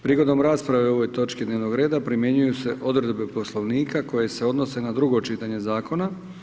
Prigodom rasprave o ovoj točki dnevnog reda primjenjuju se odredbe poslovnika koje se odnose na drugo čitanje zakona.